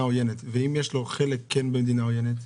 עוינת ואם יש לו כן חלק במדינה עוינת,